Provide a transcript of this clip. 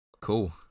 cool